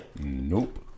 Nope